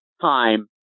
time